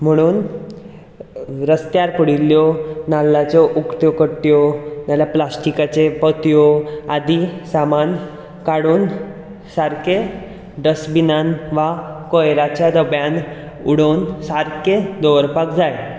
म्हणून रस्त्यार पडिल्ल्यो नाल्लाच्यो उकत्यो कट्ट्यो ना जाल्यार प्लासटिकाच्यो पोतयो आदीं सामान काडून सारकें डस्टबिनांत वा कोयराच्या डब्यांत उडोवन सारकें दवरपाक जाय